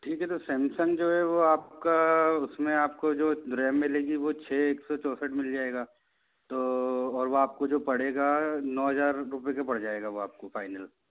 ठीक है तो सैमसंग जो है वो आपका उसमें आपको जो रेम मिलेगी छ एक सौ चौसठ मिल जाएगा तो और वो आपको जो पड़ेगा नौ हजार के पड़ जाएगा वो आपको फाइनल